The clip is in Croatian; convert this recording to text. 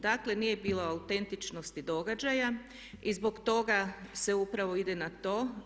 Dakle, nije bilo autentičnosti događaja i zbog toga se upravo ide na to.